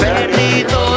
Perdido